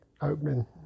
opening